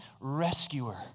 rescuer